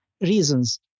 reasons